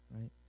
right